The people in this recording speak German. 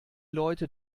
leute